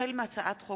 החל בהצעת חוק